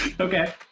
Okay